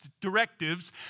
directives